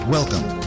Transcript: Welcome